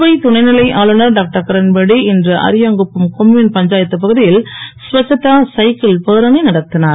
புதுவை துணைநிலை ஆளுனர் டாக்டர்கிரண்பேடி இன்று அரியாங்குப்பம் கொம்யூன் பஞ்சாயத்து பகுதியில் ஸ்வச்சதா சைக்கிள் பேரணி நடத்தினர்